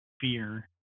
fear